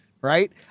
Right